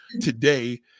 today